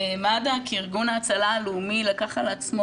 מד"א כארגון ההצלה הלאומי לקח על עצמו